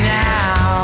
now